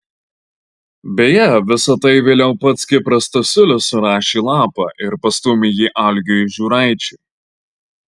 beje visa tai vėliau pats kipras stasiulis surašė į lapą ir pastūmė jį algiui žiūraičiui